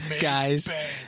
guys